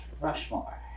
Rushmore